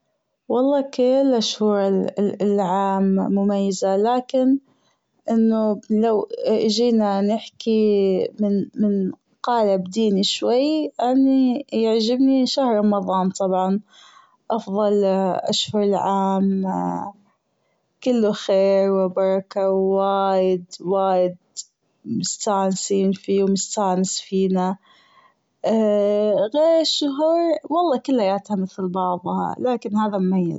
والله كل شهور العام مميزة لكن لو أجينا نحكي من قالب ديني شوي أني يعجبني شهر رمضان طبعاً أفضل أشهر العام كله خير وبركة و وايد وايد مستأنسين فيه ومستأنس فينا غير الشهور والله كلياتها مثل بعضها لكن هذا مميز.